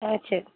ஆ சரி